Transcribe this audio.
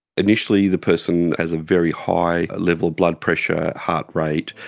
initially the person has a very high level blood pressure, heart rate,